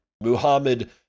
Muhammad